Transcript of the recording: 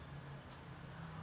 I am vijay fan sorry